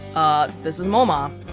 ah, this is moma.